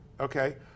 okay